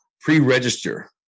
pre-register